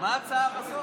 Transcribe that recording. את התהליך, עוד יותר טוב.